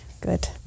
Good